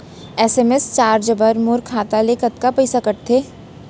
SMS charge बर मोर खाता ले कतका पइसा कटथे?